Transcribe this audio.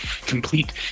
complete